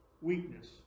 Weakness